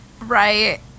Right